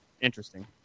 interesting